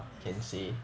yes